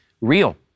real